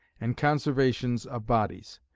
and conservations of bodies.